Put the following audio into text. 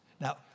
Now